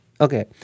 Okay